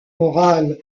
morale